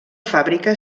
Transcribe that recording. fàbrica